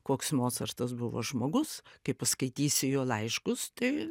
koks mocartas buvo žmogus kai paskaitysi jo laiškus tai